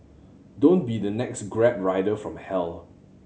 don't be the next Grab rider from hell